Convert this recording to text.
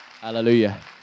Hallelujah